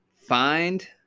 Find